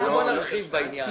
בוא נרחיב בעניין.